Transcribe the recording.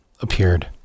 appeared